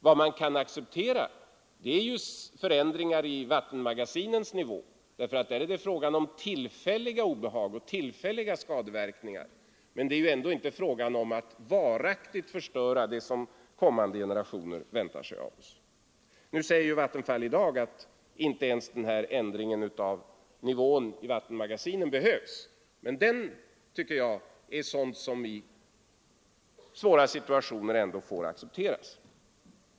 Vad man kan acceptera är förändringar i vattenmagasinens nivå. Där är det fråga om tillfälliga obehag och tillfälliga skadeverkningar, men det är inte fråga om att varaktigt förstöra för kommande generationer. Nu säger Vattenfall i dag att inte ens ändringen av nivån i vattenmagasinen behövs, men den är ändå en åtgärd som vi i svåra situationer får acceptera.